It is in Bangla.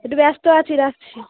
একটু ব্যস্ত আছি রাখছি